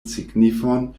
signifon